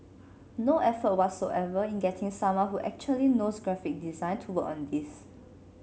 no effort whatsoever in getting someone who actually knows graphic design to work on this